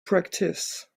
practice